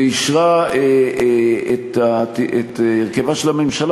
ואישרה את הרכב הממשלה,